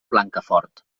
blancafort